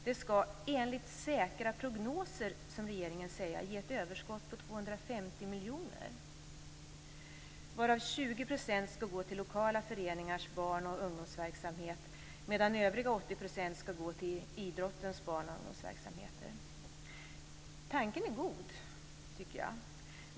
De skall "enligt säkra prognoser", som regeringen säger, ge ett överskott på 250 miljoner kronor, varav 20 % skall gå till lokala föreningars barn och ungdomsverksamhet medan övriga 80 % skall gå till idrottens barn och ungdomsverksamheter. Tanken är god.